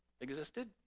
existed